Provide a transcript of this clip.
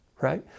right